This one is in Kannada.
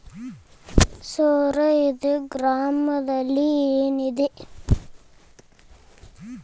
ಪಾನ್ ಕಾರ್ಡ್ ಇಲ್ಲಂದ್ರ ಬ್ಯಾಂಕಿನ್ಯಾಗ ಖಾತೆ ತೆಗೆಲಿಕ್ಕಿ ಬರ್ತಾದೇನ್ರಿ ಸಾರ್?